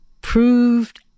proved